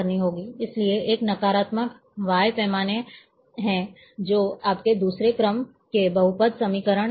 इसलिए एक नकारात्मक y पैमाना है जो आपके दूसरे क्रम के बहुपद समीकरण में शामिल है